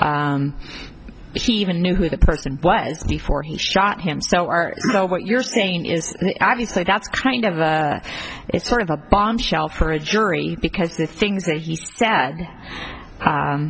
she even knew who the person before he shot him so are you know what you're saying is obviously that's kind of a it's sort of a bombshell per a jury because the things that he had